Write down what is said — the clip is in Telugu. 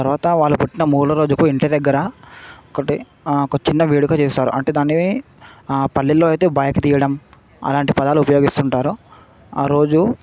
తర్వాత వాళ్ళు పుట్టిన మూడో రోజుకు ఇంటి దగ్గర ఒకటి ఒక చిన్న వేడుక చేస్తారు అంటే దాన్ని పల్లెల్లో అయితే బైపు తీయడం అలాంటి పదాలు ఉపయోగిస్తూ ఉంటారు ఆరోజు